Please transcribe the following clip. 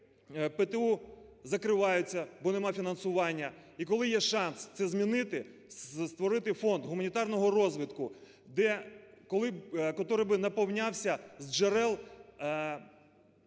ПТУ закриваються, бо немає фінансування, і коли є шанс це змінити, створити фонд гуманітарного розвитку, котрий би наповнювався з джерел